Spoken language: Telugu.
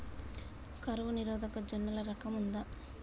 కరువు నిరోధక జొన్నల రకం ఉందా?